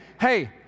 hey